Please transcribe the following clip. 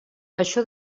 això